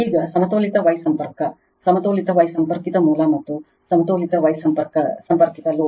ಈಗ ಸಮತೋಲಿತ Y ಸಂಪರ್ಕ ಸಮತೋಲಿತ Y ಸಂಪರ್ಕಿತ ಮೂಲ ಮತ್ತು ಸಮತೋಲಿತ Y ಸಂಪರ್ಕಿತ ಲೋಡ್